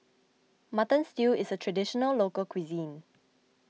Mutton Stew is a Traditional Local Cuisine